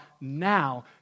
now